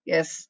Yes